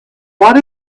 what